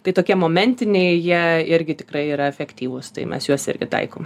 tai tokie momentiniai jie irgi tikrai yra efektyvūs tai mes juos irgi taikome